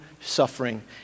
suffering